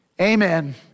Amen